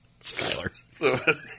Skylar